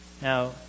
Now